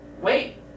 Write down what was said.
Wait